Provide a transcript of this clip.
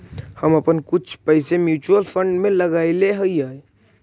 हम अपन कुछ पैसे म्यूचुअल फंड में लगायले हियई